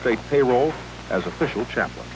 state payroll as official chaplain